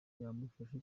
yamufashe